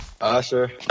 usher